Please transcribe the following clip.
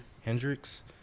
Hendrix